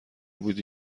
بودی